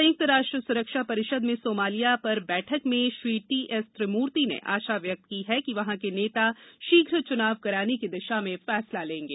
संयुक्त राष्ट्र सुरक्षा परिषद में सोमालिया पर बैठक में श्री टी एस त्रिमूर्ति ने आशा व्यक्त की कि वहां के नेता शीघ्र चुनाव कराने की दिशा में फैसला लेंगे